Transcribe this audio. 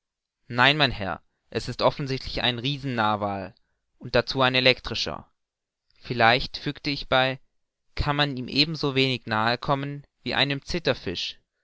nein mein herr es ist offenbar ein riesen narwal und dazu ein elektrischer vielleicht fügte ich bei kann man ihm ebenso wenig nahe kommen als wie einem